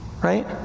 Right